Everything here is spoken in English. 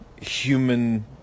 human